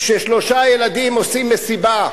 כששלושה ילדים עושים מסיבה,